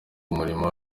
umurimo